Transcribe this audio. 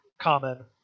common